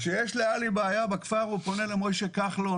כשיש לעלי בעיה בכפר הוא פונה למשה כחלון,